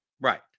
Right